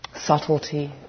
subtlety